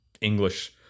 English